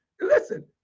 listen